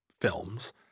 films